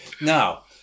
Now